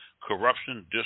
corruption